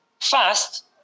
fast